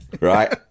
Right